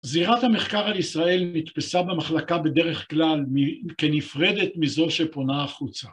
זירת המחקר על ישראל נתפסה במחלקה בדרך כלל כנפרדת מזו שפונה החוצה.